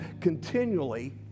continually